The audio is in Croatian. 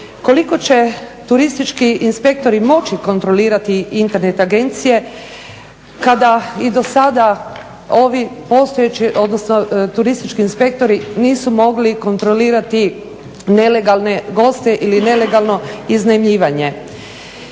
koliko će turistički inspektori moći kontrolirati internet agencije kada i do sada ovi postojeći odnosno turistički inspektori nisu mogli kontrolirati nelegalne goste ili nelegalno iznajmljivanje.